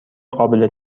قابل